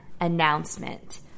announcement